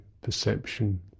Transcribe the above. perception